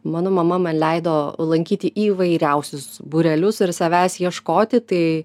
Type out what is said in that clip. mano mama man leido lankyti įvairiausius būrelius ir savęs ieškoti tai